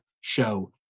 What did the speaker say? show